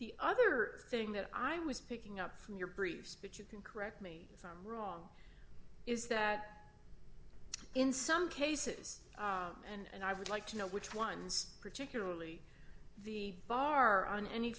the other thing that i was picking up from your brief speech you can correct me if i'm wrong is that in some cases and i would like to know which ones particularly the bar on any